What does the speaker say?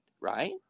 right